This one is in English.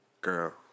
Girl